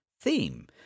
theme